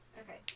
Okay